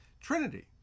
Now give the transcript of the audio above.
Trinity